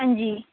हां जी